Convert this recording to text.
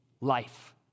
life